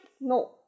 No